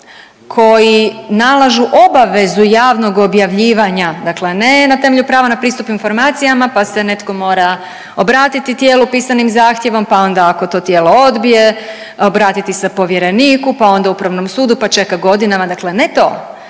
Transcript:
koji nalažu obavezu javnog objavljivanja dakle ne na temelju prava na pristup informacijama, pa se netko mora obratiti tijelu pisanim zahtjevom, pa onda ako to tijelo odbije obratiti se povjereniku, pa onda upravnom sudu, pa čekat godinama, dakle ne to